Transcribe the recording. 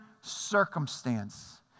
circumstance